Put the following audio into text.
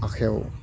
आखाइआव